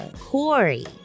Corey